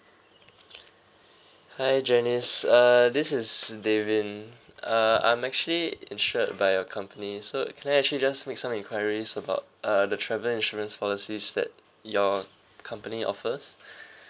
hi janice uh this is david uh I'm actually insured by your company so can I actually just make some enquiries about uh the travel insurance policies that your company offers